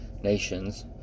nations